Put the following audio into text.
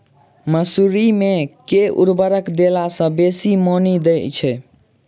मसूरी मे केँ उर्वरक देला सऽ बेसी मॉनी दइ छै?